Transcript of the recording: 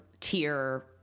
tier